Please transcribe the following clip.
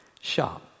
Shop